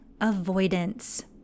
avoidance